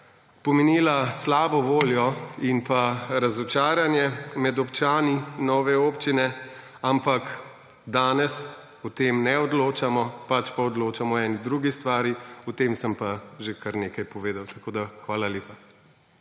pomenila slabo voljo in pa razočaranje med občani nove občine. Ampak danes o tem ne odločamo, pač pa odločamo o eni drugi stvari, o tem sem pa že kar nekaj povedal. Hvala lepa.